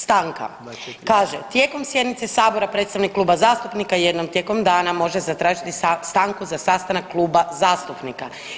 Stanka kaže tijekom sjednice sabora predstavnik kluba zastupnika jednom tijekom dana može zatražiti stanku za sastanak kluba zastupnika.